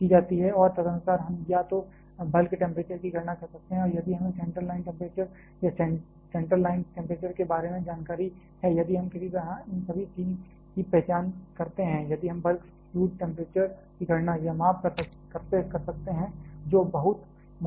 और तदनुसार हम या तो बल्क टेंपरेचर की गणना कर सकते हैं यदि हमें सेंटर लाइन टेंपरेचर या सेंट्रल लाइन टेंपरेचर के बारे में जानकारी है यदि हम किसी तरह इन सभी 3 की पहचान करते हैं यदि हम बल्क फ्लूड टेंपरेचर की गणना या माप कर सकते हैं जो बहुत मुश्किल नहीं है